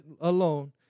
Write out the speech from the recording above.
alone